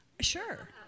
Sure